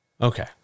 Okay